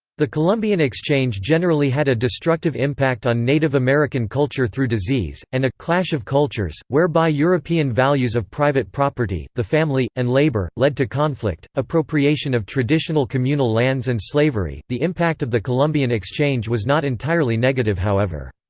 the columbian exchange generally had a destructive impact on native american culture through disease, and a clash of cultures, whereby european values of private property, the family, and labor, led to conflict, appropriation of traditional communal lands and slavery the impact of the columbian exchange was not entirely negative however.